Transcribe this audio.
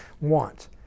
want